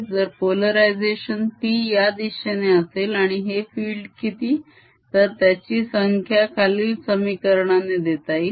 जर polarization P या दिशेने असेल आणि हे field किती तर त्याची संख्या खालील समीकरणाने देता येईल